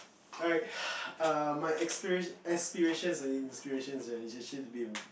alright err my expira~ aspiration is actually to be a